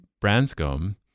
Branscombe